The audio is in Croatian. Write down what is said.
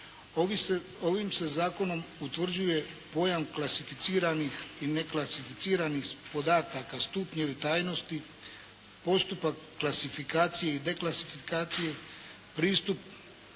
Ovim se Zakonom utvrđuje pojam klasificiranih i neklasificiranih podataka stupnjem tajnosti, postupak klasifikacije i deklasifikacije, pristup klasificiranim